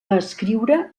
adscriure